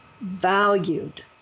valued